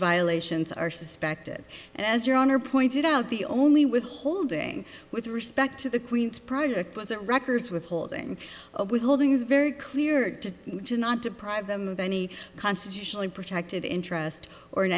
violations are suspected and as your honor pointed out the only withholding with respect to the queens project was that records withholding withholding is very clear to you not deprive them of any constitutionally protected interest or in